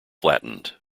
flattened